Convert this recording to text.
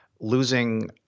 losing